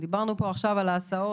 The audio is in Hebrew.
דיברנו פה עכשיו על ההסעות.